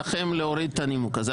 להוריד את הנימוק הזה.